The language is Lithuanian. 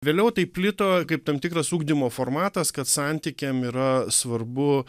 vėliau tai plito kaip tam tikras ugdymo formatas kad santykiam yra svarbu